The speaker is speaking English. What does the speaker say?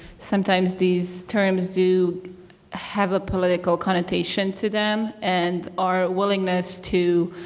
sometimes these terms do have a political connotation to them. and our willingness to